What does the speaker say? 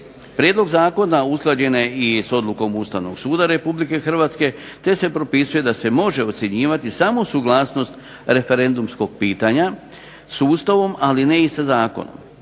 Prijedlog zakona usklađen je i s odlukom Ustavnog suda Republike Hrvatske te se propisuje da se može ocjenjivati samo suglasnost referendumskog pitanja sustavom ali ne i sa Zakonom.